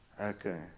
Okay